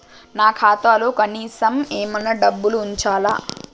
నా ఖాతాలో కనీసం ఏమన్నా డబ్బులు ఉంచాలా?